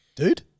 Dude